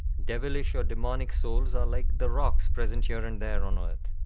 devilish or demonic souls are like the rocks present here and there on earth.